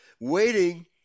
waiting